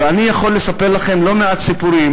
ואני יכול לספר לכם לא מעט סיפורים